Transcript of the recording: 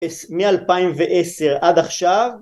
מ-2010 עד עכשיו